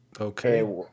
Okay